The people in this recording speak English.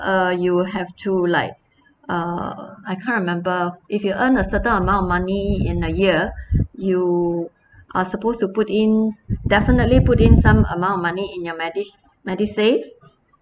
uh you have to like uh I can't remember if you earn a certain amount of money in a year you are supposed to put in definitely put in some amount of money in your medis~ medisave